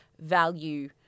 value